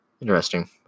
Interesting